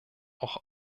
auch